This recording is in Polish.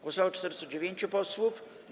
Głosowało 409 posłów.